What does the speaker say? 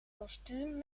kostuum